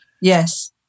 Yes